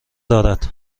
دارد